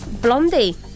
Blondie